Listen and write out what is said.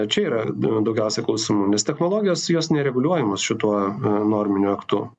čia yra daugiausia klausimų nes technologijos jos nereguliuojamos šituo norminiu aktu